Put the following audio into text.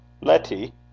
Letty